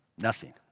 nothing.